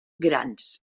grans